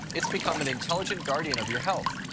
it's become an intelligent guardian of your health,